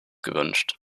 gewünscht